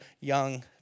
young